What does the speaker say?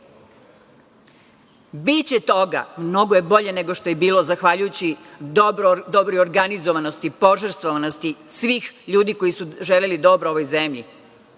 Biće toga, mnogo je bolje nego što je bilo zahvaljujući dobroj organizovanosti, požrtvovanosti svih ljudi koji su želeli dobro ovoj zemlji. Ne